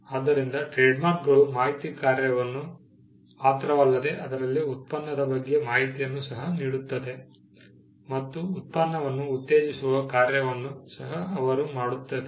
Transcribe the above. ಆದ್ದರಿಂದ ಟ್ರೇಡ್ಮಾರ್ಕ್ಗಳು ಮಾಹಿತಿ ಕಾರ್ಯವನ್ನು ಮಾತ್ರವಲ್ಲದೆ ಅದರಲ್ಲಿ ಉತ್ಪನ್ನದ ಬಗ್ಗೆ ಮಾಹಿತಿಯನ್ನು ಸಹ ನೀಡುತ್ತದೆ ಮತ್ತು ಉತ್ಪನ್ನವನ್ನು ಉತ್ತೇಜಿಸುವ ಕಾರ್ಯವನ್ನು ಸಹ ಅವರು ಮಾಡುತ್ತದೆ